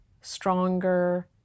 stronger